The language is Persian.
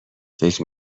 فکر